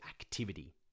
activity